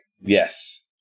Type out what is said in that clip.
Yes